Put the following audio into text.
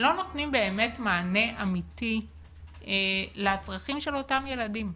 לא נותנים באמת מענה אמיתי לצרכים של אותם ילדים.